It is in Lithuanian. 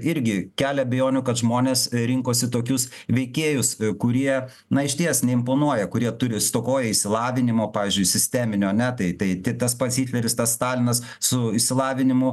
irgi kelia abejonių kad žmonės rinkosi tokius veikėjus kurie na išties neimponuoja kurie turi stokoja išsilavinimo pavyzdžiui sisteminio ane tai tai tai tas pats hitleris tas stalinas su išsilavinimu